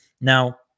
Now